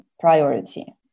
priority